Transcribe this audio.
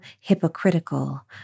hypocritical